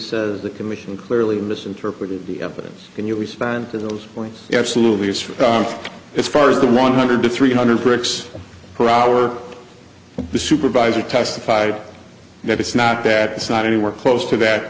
says the commission clearly misinterpreted the evidence can you respond to those points absolutely is for as far as the one hundred to three hundred bricks per hour the supervisor testified that it's not that it's not anywhere close to that